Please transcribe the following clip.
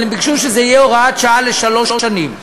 אבל הם ביקשו שזה יהיה הוראת שעה לשלוש שנים.